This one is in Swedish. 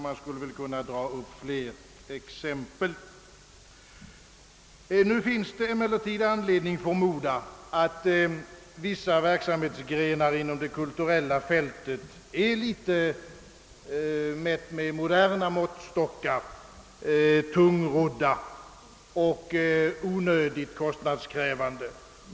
Jag skulle kunna räkna upp flera liknande exempel. Det finns emellertid anledning förmoda, att vissa verksamhetsgrenar på det kulturella fältet, med modern måttstock mätt, är en smula tungrodda och onödigt kostnadskrävande.